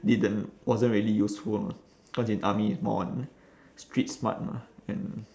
didn't wasn't really useful lah cause in army more on street smart mah and